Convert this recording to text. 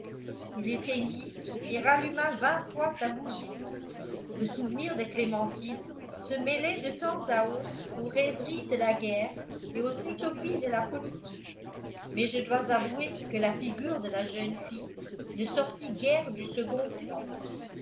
il éteignit et ralluma vingt fois sa bougie le souvenir de clémentine se mêlait de temps à autre aux rêveries de la guerre et aux utopies de la politique mais je dois avouer que la figure de la jeune fille ne sortit guère du second plan